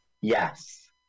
Yes